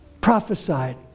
Prophesied